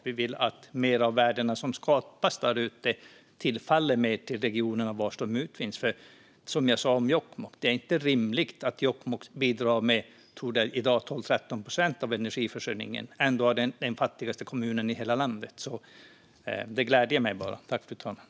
Vi vill att mer av värdena som skapas där ute tillfaller regionerna där de utvinns. Som jag sa om Jokkmokk är det inte rimligt att Jokkmokk i dag bidrar med, tror jag, 12-13 procent av energiförsörjningen och ändå är den fattigaste kommunen i hela landet. Det gläder mig att höra sådana signaler.